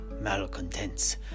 malcontents